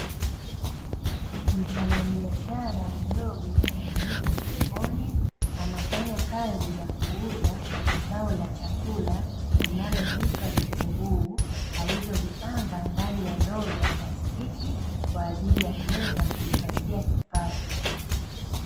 Mfanya biashara mdogo yupo sokoni, anafanya kazi ya kuuza zao la chakula linaloitwa vitunguu, alivyovipanga ndani ya ndoo za plastiki kwaajili ya kuweza kujipatia kipato.